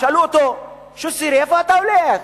שאלו אותו: שו סירי, לאן אתה הולך?